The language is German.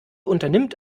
unternimmt